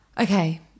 Okay